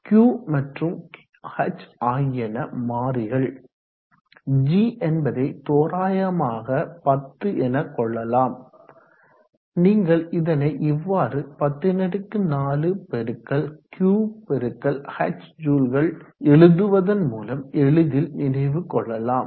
Q மற்றும் h ஆகியன மாறிகள் g என்பதை தோராயமாக 10 எனக் கொள்ளலாம் நீங்கள் இதனை இவ்வாறு 104 × Q × h ஜூல்கள் எழுதுவதன் மூலம் எளிதில் நினைவு கொள்ளலாம்